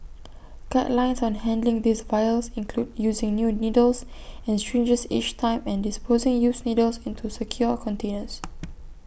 guidelines on handling these vials include using new needles and syringes each time and disposing used needles into secure containers